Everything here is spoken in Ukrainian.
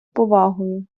повагою